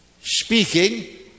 speaking